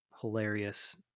hilarious